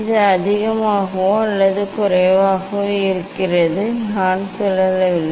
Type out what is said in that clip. இது அதிகமாகவோ அல்லது குறைவாகவோ இருக்கிறது நான் சுழலவில்லை